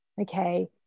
okay